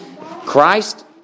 Christ